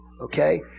Okay